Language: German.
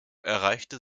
erreichte